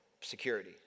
security